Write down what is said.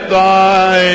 thy